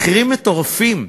מחירים מטורפים.